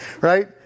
right